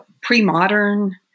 pre-modern